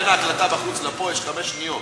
בין ההקלטה בחוץ לפה יש חמש שניות.